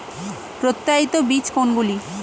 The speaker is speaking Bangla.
প্রত্যায়িত বীজ কোনগুলি?